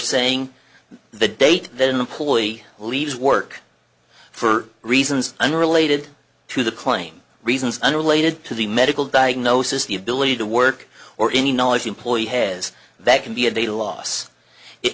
saying the date then the pulley leaves work for reasons unrelated to the claim reasons unrelated to the medical diagnosis the ability to work or any knowledge employee has that can be a data loss